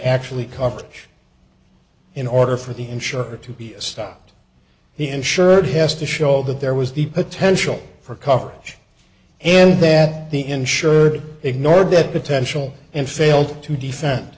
actually coverage in order for the insurer to be stopped the insured has to show that there was the potential for coverage and that the insured ignored that potential and failed to defend